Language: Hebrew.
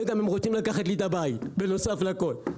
ורוצים לקחת לי את הבית בנוסף לכול.